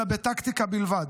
אלא בטקטיקה בלבד.